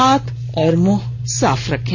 हाथ और मुंह साफ रखें